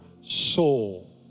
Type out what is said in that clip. soul